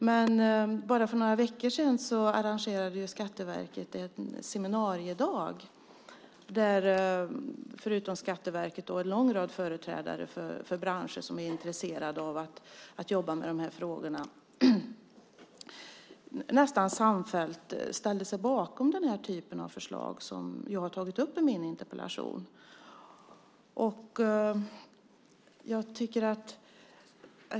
Men för bara några veckor sedan arrangerade Skatteverket en seminariedag där förutom Skatteverket en lång rad företrädare för branscher som är intresserade av att jobba med de här frågorna nästan samfällt ställde sig bakom den här typen av förslag som jag har tagit upp i min interpellation.